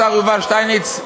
השר יובל שטייניץ,